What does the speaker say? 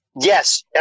yes